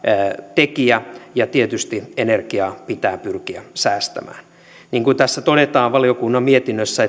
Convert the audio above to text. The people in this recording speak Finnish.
tekijä ja tietysti energiaa pitää pyrkiä säästämään niin kuin todetaan valiokunnan mietinnössä